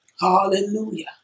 hallelujah